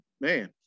man